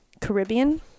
caribbean